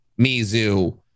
Mizu